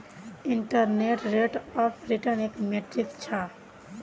internal rate of return एक metric छ